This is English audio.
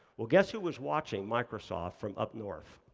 well, guess who was watching, microsoft from up north?